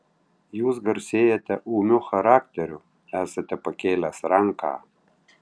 jūs garsėjate ūmiu charakteriu esate pakėlęs ranką